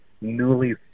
newly